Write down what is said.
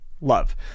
love